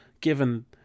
given